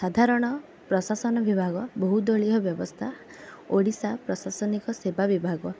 ସାଧାରଣ ପ୍ରଶାସନ ବିଭାଗ ବହୁଦଳୀୟ ବ୍ୟବସ୍ଥା ଓଡ଼ିଶା ପ୍ରଶାସନିକ ସେବା ବିଭାଗ